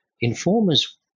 informers